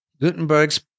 Gutenberg's